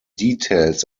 details